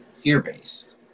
fear-based